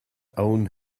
own